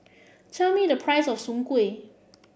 tell me the price of Soon Kway